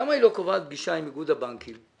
לא קובעת פגישה עם איגוד הבנקים.